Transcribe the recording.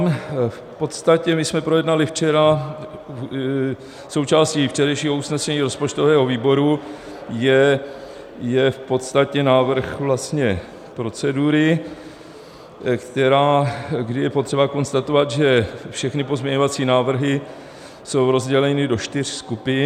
V podstatě jsme projednali včera, součástí včerejšího usnesení rozpočtového výboru je v podstatě návrh vlastně procedury, která, kdy je potřeba konstatovat, že všechny pozměňovací návrhy jsou rozděleny do čtyř skupin.